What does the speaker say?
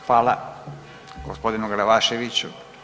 Hvala gospodinu Glavaševiću.